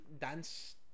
dance